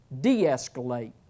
de-escalate